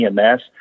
EMS